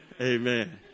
Amen